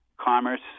Commerce